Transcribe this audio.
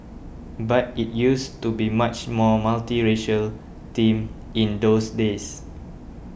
but it used to be much more multiracial team in those days